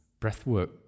breathwork